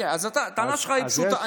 אז הטענה שלך היא פשוטה.